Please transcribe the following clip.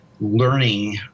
learning